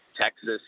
Texas